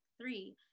three